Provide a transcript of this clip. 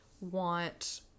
want